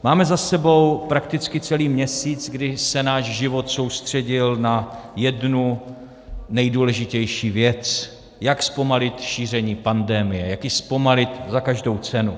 Máme za sebou prakticky celý měsíc, kdy se náš život soustředil na jednu nejdůležitější věc jak zpomalit šíření pandemie, jak ji zpomalit za každou cenu.